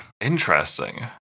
Interesting